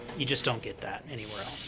you just don't get that anywhere